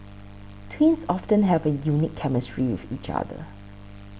twins often have a unique chemistry with each other